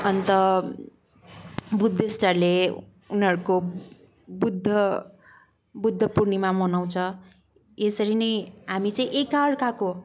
अन्त बुद्धिष्टहरूले उनीहरूको बुद्ध बुद्ध पूर्णिमा मनाउँछ यसरी नै हामी चाहिँ एकार्काको